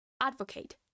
advocate